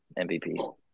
MVP